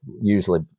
usually